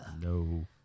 No